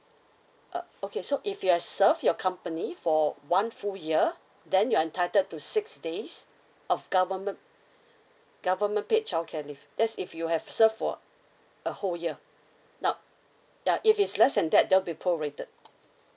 uh okay so if you've served your company for one full year then you entitled to six days of government government paid childcare leave that's if you have served for a whole year now ya if it's less than that that'll be prorated